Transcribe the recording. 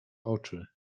oczy